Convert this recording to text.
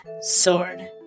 sword